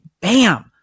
bam